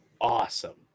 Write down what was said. awesome